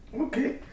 Okay